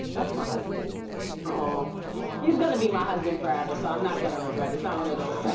that's my husband's name. ah he's gonna be my husband forever, so i'm not gonna regret it. it's not one of those